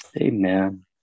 Amen